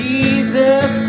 Jesus